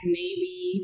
navy